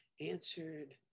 Answered